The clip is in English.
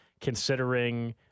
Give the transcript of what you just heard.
considering